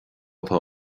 atá